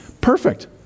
Perfect